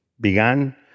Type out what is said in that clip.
began